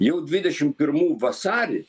jau dvidešim pirmų vasarį